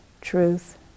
Truth